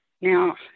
Now